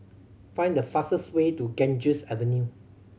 find the fastest way to Ganges Avenue